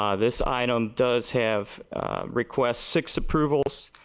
um this item does have requests six approvals.